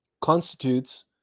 constitutes